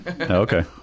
Okay